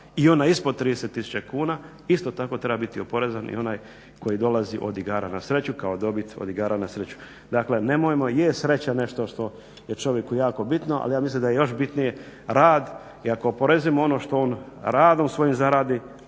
i onaj ispod 30 000 kuna, isto tako treba biti oporezovan i onaj koji dolazi od igara na sreću kao dobit od igara na sreću. Dakle nemojmo, je sreća nešto što je čovjeku jako bitno, ali ja mislim da je još bitnije rad i ako oporezujemo ono što on radom svojim zaradi,